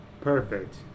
Perfect